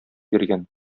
йөргән